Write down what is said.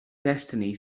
destiny